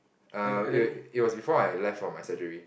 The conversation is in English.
err it it was before I left for my surgery